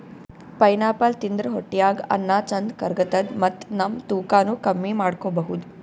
pineapple ತಿಂದ್ರ್ ಹೊಟ್ಟ್ಯಾಗ್ ಅನ್ನಾ ಚಂದ್ ಕರ್ಗತದ್ ಮತ್ತ್ ನಮ್ ತೂಕಾನೂ ಕಮ್ಮಿ ಮಾಡ್ಕೊಬಹುದ್